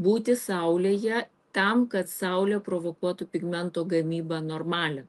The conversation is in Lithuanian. būti saulėje tam kad saulė provokuotų pigmento gamybą normalią